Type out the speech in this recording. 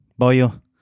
boyo